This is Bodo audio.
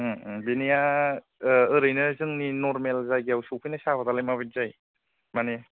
बेनिया ओरैनो जोंनि नर्माल जायगायाव सौफैनाय साहाफादालाय माबायदि जायो माने